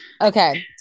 Okay